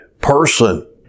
person